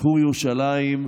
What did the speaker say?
שחרור ירושלים,